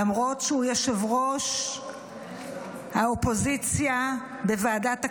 למרות שהוא ראש האופוזיציה בוועדת הכספים,